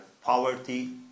poverty